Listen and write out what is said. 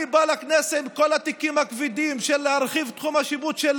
אני בא לכנסת עם כל התיקים הכבדים של הרחבת תחום השיפוט של